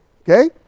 Okay